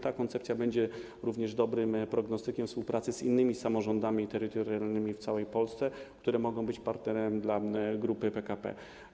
Ta koncepcja będzie również dobrym prognostykiem współpracy z innymi samorządami terytorialnymi w całej Polsce, które mogą być partnerem dla Grupy PKP.